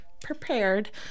prepared